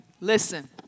Listen